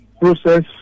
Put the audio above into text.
process